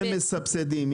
הם מסבסדים,